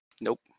Nope